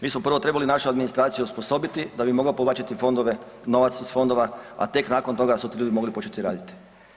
Mi smo prvo trebali našu administraciju osposobiti da bi mogao povlačiti fondove, novac iz fondova, a tek nakon toga su ti ljudi mogli početi raditi.